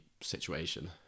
situation